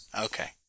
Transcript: Okay